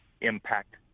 impact